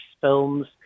films